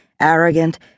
arrogant